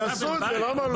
שיעשו את זה, למה לא?